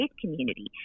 community